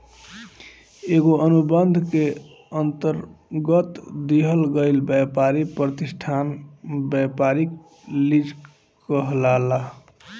एगो अनुबंध के अंतरगत दिहल गईल ब्यपारी प्रतिष्ठान ब्यपारिक लीज कहलाला